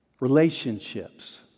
relationships